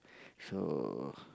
so